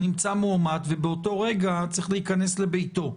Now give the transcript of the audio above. נמצא מאומת ובאותו רגע צריך להיכנס לביתו.